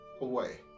away